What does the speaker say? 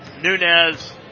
Nunez